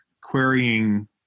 querying